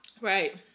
Right